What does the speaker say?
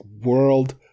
World